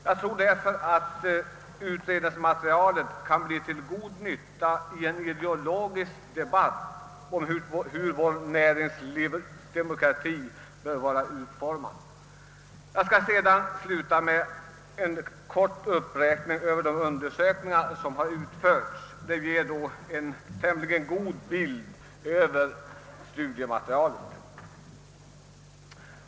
Därför tror jag att utredningsmaterialet kan bli till god nytta i en ideologisk debatt om hur vårt näringslivs demokrati bör vara utformad. Jag skall sluta med en kort uppräkning av de undersökningar som har utförts. De ger en tämligen god bild av studiematerialet.